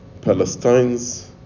Palestinians